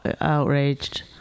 outraged